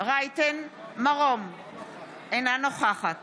אינה נוכחת